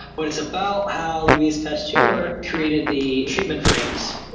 but it's about how louis pasteur created the treatment for rabies.